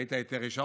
הרי היית איתי שעות,